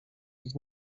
ich